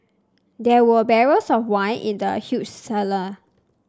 there were barrels of wine in the huge cellar